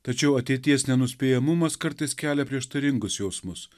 tačiau ateities nenuspėjamumas kartais kelia prieštaringus jausmus